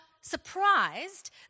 surprised